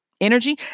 energy